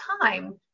time